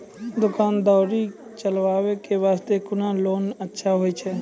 दुकान दौरी चलाबे के बास्ते कुन लोन अच्छा होय छै?